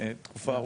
תקופה ארוכה.